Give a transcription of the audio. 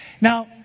Now